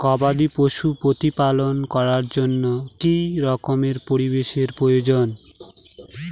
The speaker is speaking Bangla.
গবাদী পশু প্রতিপালন করার জন্য কি রকম পরিবেশের প্রয়োজন?